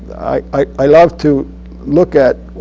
i love to look at